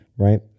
Right